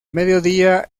mediodía